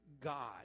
God